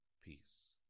Peace